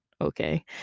Okay